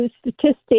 statistics